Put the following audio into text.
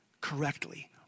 correctly